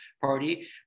party